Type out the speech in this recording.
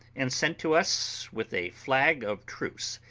and sent to us with a flag of truce.